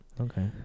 Okay